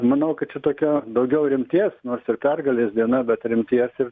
manau kad čia tokia daugiau rimties nors ir pergalės diena bet rimties ir